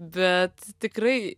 bet tikrai